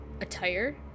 attire